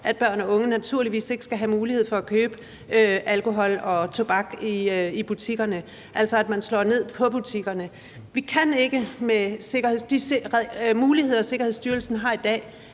at børn eller unge naturligvis ikke skal have mulighed for at købe alkohol og tobak i butikkerne, altså at man slår ned på butikkerne. De muligheder, Sikkerhedsstyrelsen har i dag,